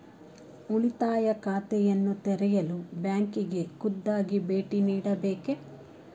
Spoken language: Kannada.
ಉಳಿತಾಯ ಖಾತೆಯನ್ನು ತೆರೆಯಲು ಬ್ಯಾಂಕಿಗೆ ಖುದ್ದಾಗಿ ಭೇಟಿ ನೀಡಬೇಕೇ?